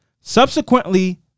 Subsequently